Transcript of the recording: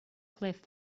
cliff